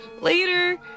Later